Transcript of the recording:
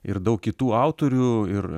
ir daug kitų autorių ir